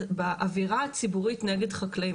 באוירה הציבורית נגד חקלאים,